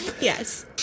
Yes